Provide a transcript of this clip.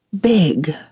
big